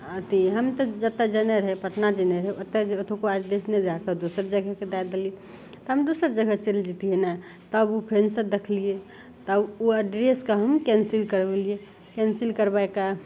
अथी हम तऽ जेतऽ जेनाइ रहय पटना जेनाइ रहय ओतऽ जे ओतुको एड्रेस लए कऽ दोसर जगह कऽ दै देलियै तऽ हम दोसर जगह चलि जैतियै ने तब उ फेनसँ देखलियै तब उ अड्रेसके हम कैंसिल करबेलियै कैंसिल करबाय कऽ